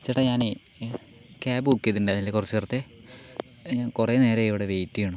ചേട്ടാ ഞാനേ ഏഹ് ക്യാബ് ബുക്ക് ചെയ്തിട്ടുണ്ടാർന്നില്ലേ കൊറച്ചു നേരത്തെ കൊറേ നേരായി ഇവിടെ വെയിറ്റ് ചെയ്യണു